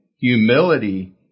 humility